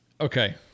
okay